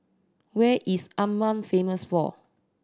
where is Amman famous for